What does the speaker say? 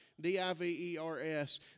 D-I-V-E-R-S